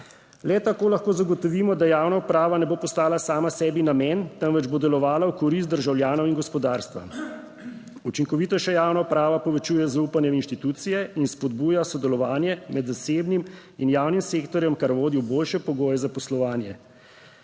Le tako lahko zagotovimo, da javna uprava ne bo postala sama sebi namen, temveč bo delovala v korist državljanov in gospodarstva. Učinkovitejša javna uprava povečuje zaupanje v inštitucije in spodbuja sodelovanje med zasebnim in javnim sektorjem, kar vodi v boljše pogoje za poslovanje.